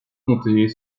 compter